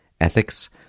ethics